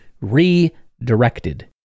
redirected